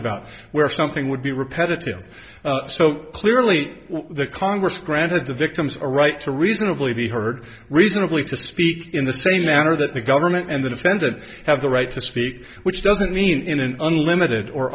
about where something would be repetitive so clearly the congress granted the victims a right to reasonably be heard reasonably to speak in the same manner that the government and the defendant have the right to speak which doesn't mean in an unlimited or